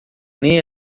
nem